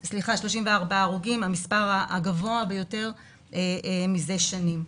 המספר הגבוה ביותר זה שנים.